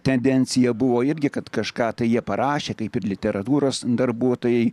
tendencija buvo irgi kad kažką tai jie parašė kaip ir literatūros darbuotojai